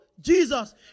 Jesus